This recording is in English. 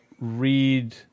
read